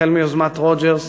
החל מיוזמת רוג'רס,